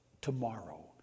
tomorrow